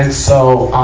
and so, ah,